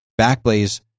backblaze